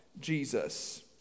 Jesus